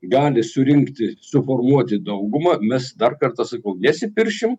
gali surinkti suformuoti daugumą mes dar kartą sakau nesipiršim